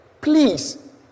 please